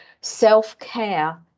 self-care